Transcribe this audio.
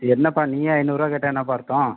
என்னப்பா நீயே ஐந்நூறுரூவா கேட்டால் என்னப்பா அர்த்தம்